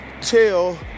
tell